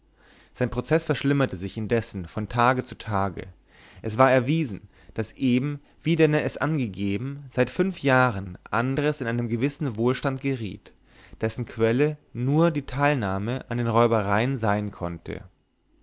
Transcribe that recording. sein prozeß verschlimmerte sich indessen von tage zu tage es war erwiesen daß eben wie denner es angegeben seit fünf jahren andres in einen gewissen wohlstand geriet dessen quelle nur die teilnahme an den räubereien sein konnte